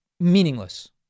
meaningless